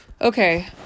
Okay